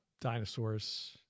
dinosaurs